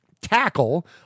tackle